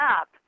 up